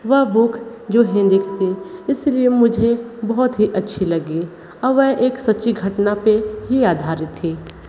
वह बुक जो हिंदी की थी इसलिए मुझे बहुत ही अच्छी लगी और वह एक सच्ची घटना पर ही आधारित थी